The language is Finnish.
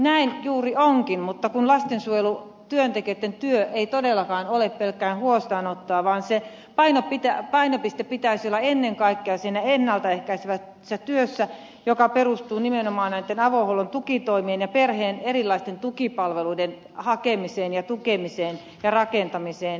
näin juuri onkin mutta kun lastensuojelutyöntekijöitten työ ei todellakaan ole pelkkää huostaanottoa vaan sen painopisteen pitäisi olla ennen kaikkea siinä ennalta ehkäisevässä työssä joka perustuu nimenomaan näitten avohuollon tukitoimien ja perheen erilaisten tukipalveluiden hakemiseen tukemiseen ja rakentamiseen